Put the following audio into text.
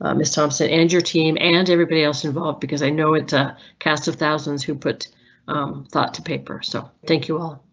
ah miss thompson and your team. and everybody else involved because i know it's a cast of thousands who put thought to paper. so thank you all.